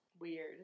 weird